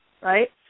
right